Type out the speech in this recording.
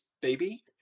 baby